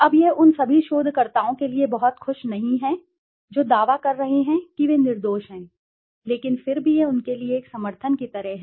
अब यह उन सभी शोधकर्ताओं के लिए बहुत खुश नहीं है जो दावा कर रहे हैं कि वे निर्दोष हैं लेकिन फिर भी यह उनके लिए एक समर्थन की तरह है